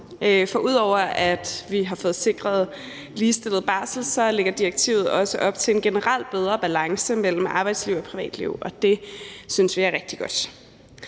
for ud over at vi har fået sikret ligestillet barsel, lægger direktivet også op til en generelt bedre balance mellem arbejdsliv og privatliv, og det synes vi er rigtig godt.